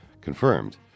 confirmed